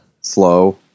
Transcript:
Slow